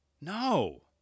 No